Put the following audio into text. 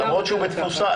למרות שהוא בתפוסה גבוהה.